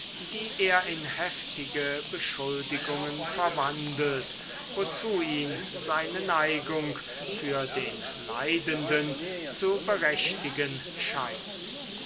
die er in heftige beschuldigungen verwandelt wozu ihn seine neigung für den leidenden zu berechtigen scheint